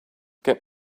get